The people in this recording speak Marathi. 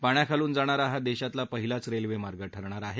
पाण्याखालून जाणारा हा देशातला पहिलाच रेल्वेमार्ग ठरणार आहे